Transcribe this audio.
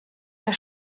der